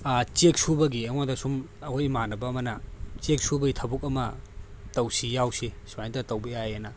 check ꯁꯨꯕꯒꯤ ꯑꯩꯉꯣꯟꯗ ꯁꯨꯝ ꯑꯈꯣꯏ ꯏꯃꯥꯟꯅꯕ ꯑꯃꯅ ꯆꯦꯛ ꯁꯨꯕꯒꯤ ꯊꯕꯛ ꯑꯃ ꯇꯧꯁꯤ ꯌꯥꯎꯁꯤ ꯁꯨꯃꯥꯏꯅ ꯇꯧꯔꯒ ꯇꯧꯕ ꯌꯥꯏꯌꯦꯅ